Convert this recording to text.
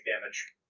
damage